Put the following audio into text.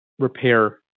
Repair